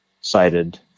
cited